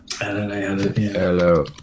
Hello